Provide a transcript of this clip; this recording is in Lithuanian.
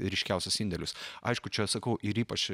ryškiausias indėlis aišku čia sakau ir ypač